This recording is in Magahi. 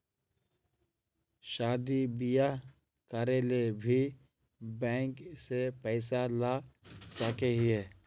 शादी बियाह करे ले भी बैंक से पैसा ला सके हिये?